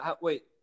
Wait